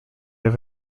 have